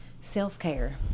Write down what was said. self-care